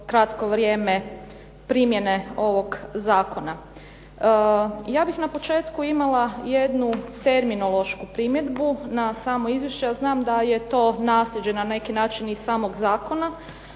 kratko vrijeme primjene ovog zakona. Ja bih na početku imala jednu terminološku primjedbu na samo izvješće jer znam da je to naslijeđe na neki način i samog zakona,